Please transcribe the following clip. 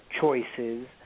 choices